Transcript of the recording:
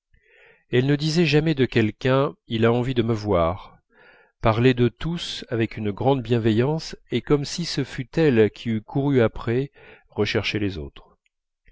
elle ne disait jamais de quelqu'un il a envie de me voir parlait de tous avec une grande bienveillance et comme si ce fût elle qui eût couru après recherché les autres